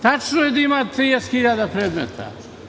Tačno je da ima 30 hiljada predmeta.